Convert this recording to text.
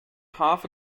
half